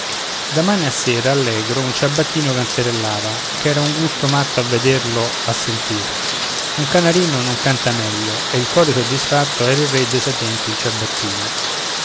mane a sera allegro un ciabattino cantarellava ch'era un gusto matto a vederlo a sentir un canarino non canta meglio e il core soddisfatto era il re de sapienti il ciabattino